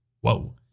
Whoa